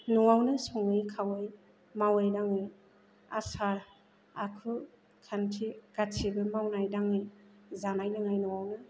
न'आवनो सङै खावै मावै दाङै आसार आखु खान्थि गासिबो मावनाय दाङै जानाय लोंनाय न'आवनो